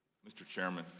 mr. chairman.